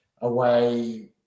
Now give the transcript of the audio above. away